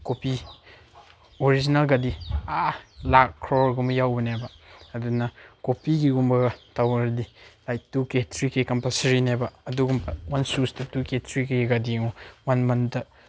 copy ꯑꯣꯔꯤꯖꯤꯅꯦꯜꯒꯗꯤ ꯑꯥ ꯂꯥꯛ ꯀ꯭ꯔꯣꯔꯒꯨꯝꯕ ꯌꯧꯕꯅꯦꯕ ꯑꯗꯨꯅ ꯀꯣꯄꯤꯒꯤꯒꯨꯝꯕꯒ ꯇꯧꯔꯗꯤ like two K three K ꯀꯝꯄꯜꯁꯔꯤꯅꯦꯕ ꯑꯗꯨꯒꯨꯝꯕ ꯋꯥꯟꯁ ꯁꯨꯁꯇ ꯇꯨ ꯀꯦ ꯊ꯭ꯔꯤ ꯀꯦꯒꯗꯤ ꯌꯦꯡꯉꯣ ꯋꯥꯟ ꯃꯟꯇ